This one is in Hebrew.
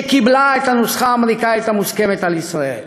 שקיבלה את הנוסחה האמריקנית, המוסכמת על ישראל.